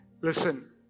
Listen